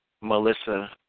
Melissa